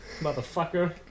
motherfucker